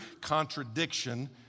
contradiction